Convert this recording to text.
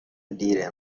دیره